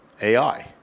AI